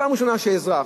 הפעם הראשונה שאזרח